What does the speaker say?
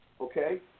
okay